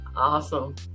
Awesome